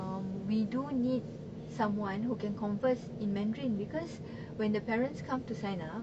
um we do need someone who can converse in mandarin because when the parents come to sign up